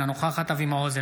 אינה נוכחת אבי מעוז,